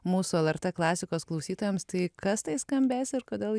mūsų lrt klasikos klausytojams tai kas tai skambės ir kodėl